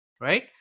right